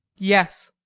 yes